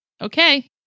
Okay